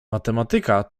matematyka